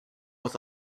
with